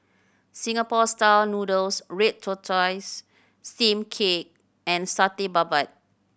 Singapore Style Noodles red tortoise steamed cake and Satay Babat